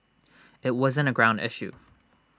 IT wasn't A ground issue